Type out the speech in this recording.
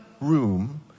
room